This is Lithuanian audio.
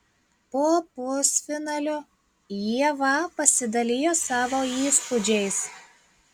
po pusfinalio ieva pasidalijo savo įspūdžiais